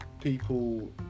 people